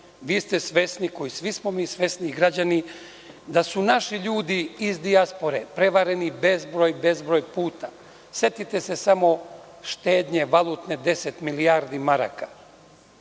ste svesni. Svi smo mi svesni, građani, da su naši ljudi iz dijaspore prevareni bezbroj puta. Setite se samo štednje valutne 10 milijardi maraka,